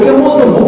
muslim